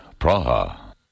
Praha